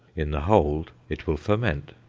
in the hold it will ferment.